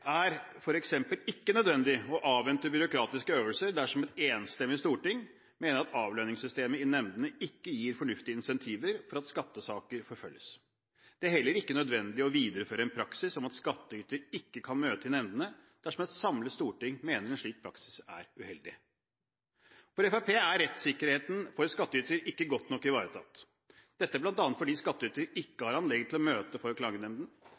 er f.eks. ikke nødvendig å avvente byråkratiske øvelser dersom et enstemmig storting mener at avlønningssystemet i nemndene ikke gir fornuftige incentiver for at skattesaker forfølges. Det er heller ikke nødvendig å videreføre en praksis om at skattyter ikke kan møte i nemndene, dersom et samlet storting mener en slik praksis er uheldig. For Fremskrittspartiet er rettssikkerheten for skattyter ikke godt nok ivaretatt – dette bl.a. fordi skattyter ikke har anledning til å møte for